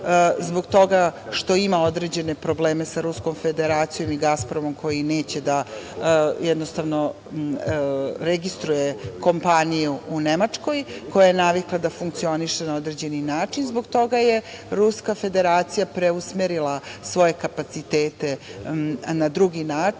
zbog toga što ima određene probleme sa Ruskom Federacijom i "Gaspromom" koji neće da, jednostavno, registruje kompaniju u Nemačkoj, koja je navikla da funkcioniše na određeni način. Zbog toga je Ruska Federacija preusmerila svoje kapacitete na drugi način